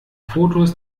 fotos